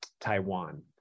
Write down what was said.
Taiwan